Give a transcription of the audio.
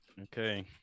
okay